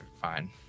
fine